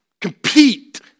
compete